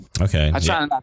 Okay